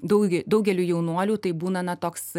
daugel daugeliui jaunuolių tai būna toks